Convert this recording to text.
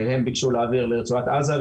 שהם ביקשו להעביר לרצועת עזה.